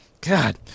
God